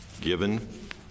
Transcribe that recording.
given